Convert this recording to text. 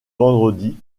vendredi